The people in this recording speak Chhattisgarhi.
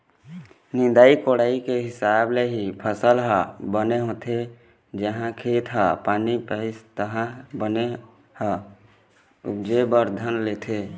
निंदई कोड़ई के हिसाब ले ही फसल ह बने होथे, जिहाँ खेत ह पानी पइस तहाँ ले बन ह उपजे बर धर लेथे